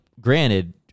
granted